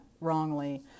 wrongly